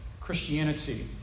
Christianity